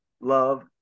love